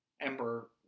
Ember